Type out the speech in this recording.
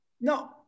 No